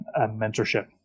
mentorship